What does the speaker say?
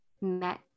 met